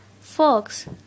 fox